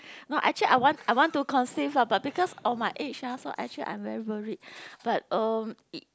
no actually I want I want to conceive lah but because of my age ah so actually I'm very worried but um it